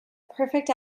perfect